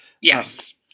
yes